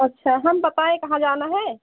अच्छा हम बताएँ कहाँ जाना है